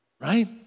Right